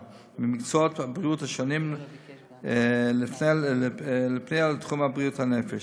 ממקצועות הבריאות השונים לפנייה לתחום בריאות הנפש.